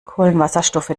kohlenwasserstoffe